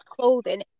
clothing